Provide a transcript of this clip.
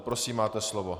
Prosím, máte slovo.